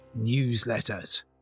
newsletters